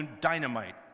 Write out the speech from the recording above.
dynamite